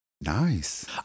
Nice